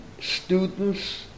students